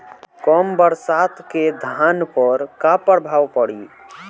कम बरसात के धान पर का प्रभाव पड़ी?